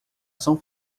são